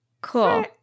cool